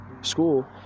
school